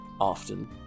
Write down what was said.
often